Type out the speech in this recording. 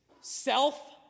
self